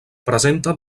presenta